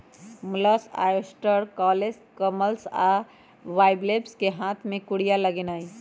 mussels, oyster, cockles, clams आ bivalves कें हाथ से कूरिया लगेनाइ